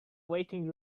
waiting